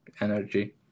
energy